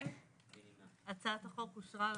הצבעה בעד, פה אחד הצעת החוק אושרה.